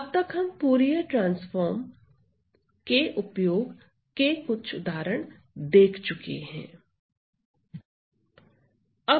अब तक हम फूरिये ट्रांसफार्मस के उपयोग के कुछ उदाहरण देखें